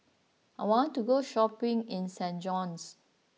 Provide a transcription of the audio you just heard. I want to go shopping in Saint John's